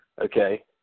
okay